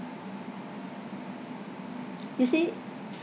you see